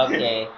Okay